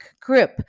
group